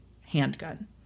handgun